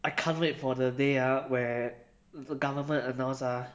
I can't wait for the day ah where government announce ah